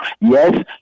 yes